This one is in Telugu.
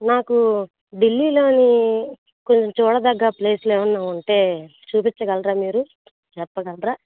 నాకు ఢిల్లీలోని కొన్ని చూడదగ్గ ప్లేస్లు ఏమైనా ఉంటే చూపించగలరా మీరు చెప్పగలరా